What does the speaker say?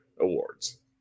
awards